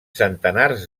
centenars